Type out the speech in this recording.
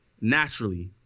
naturally